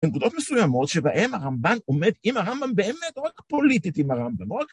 נקודות מסוימות שבהם הרמבן עומד, אם הרמבן באמת הולך פוליטית אם הרמבן הולך